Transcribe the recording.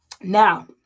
Now